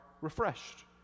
refreshed